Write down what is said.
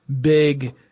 big